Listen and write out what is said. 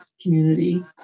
community